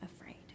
afraid